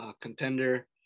contender